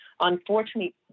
Unfortunately